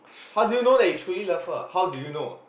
how do you know that you truly love her how do you know